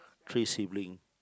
three sibling